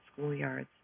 schoolyards